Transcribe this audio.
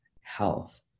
health